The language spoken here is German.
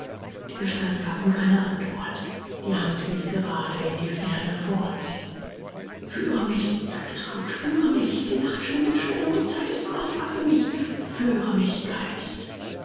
die gestalt gab ihm keine antwort die hand wies gerade in die ferne vor ihn führe mich sagte scrooge führe mich die nacht schwindet schnell und die zeit ist kostbar für mich führe mich geist